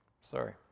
Sorry